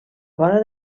vora